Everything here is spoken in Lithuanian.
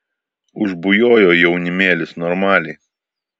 užbujojo jaunimėlis normaliai